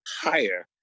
higher